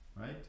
right